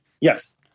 Yes